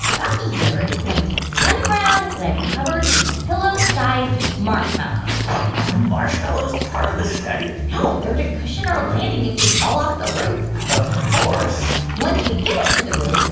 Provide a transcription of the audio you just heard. bucky here is going to stand the ground that i've covered in pillow-sized marshmallows are marshmallows part of the study? no. they're to cushion our landing if we fall off the roof of course once we get up to the roof,